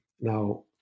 Now